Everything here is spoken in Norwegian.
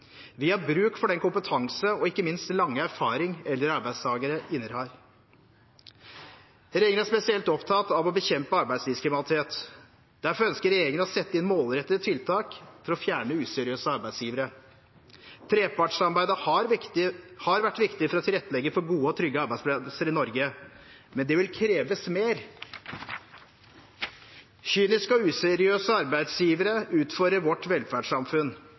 Vi har bruk for den kompetanse og ikke minst lange erfaring eldre arbeidstakere innehar. Regjeringen er spesielt opptatt av å bekjempe arbeidslivskriminalitet. Derfor ønsker regjeringen å sette inn målrettede tiltak for fjerne useriøse arbeidsgivere. Trepartssamarbeidet har vært viktig for å tilrettelegge for gode og trygge arbeidsplasser i Norge. Men det vil kreves mer. Kyniske og useriøse arbeidsgivere utfordrer vårt velferdssamfunn